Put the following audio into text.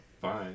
fine